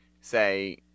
say